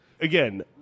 Again